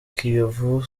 kiyovu